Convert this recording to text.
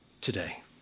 today